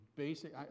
Basic